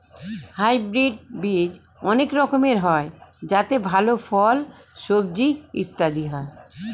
hybrid বীজ অনেক রকমের হয় যাতে ভালো ফল, সবজি ইত্যাদি হয়